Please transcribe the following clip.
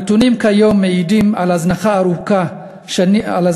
הנתונים כיום מעידים על הזנחה ארוכת שנים